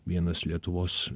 vienas lietuvos